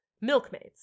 Milkmaids